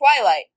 Twilight